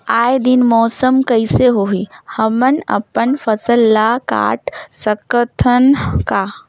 आय दिन मौसम कइसे होही, हमन अपन फसल ल काट सकत हन का?